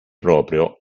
proprio